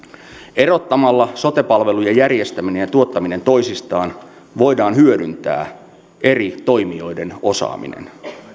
erottamalla sote palvelujen järjestäminen ja tuottaminen toisistaan voidaan hyödyntää eri toimijoiden osaaminen